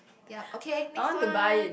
ya okay next one